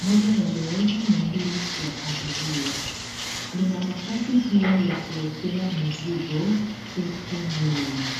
moja ya dereva, na mbili ya abiria. Lina nafasi pia ya kuwekea mizigo, huku nyuma.